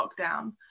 lockdown